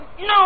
No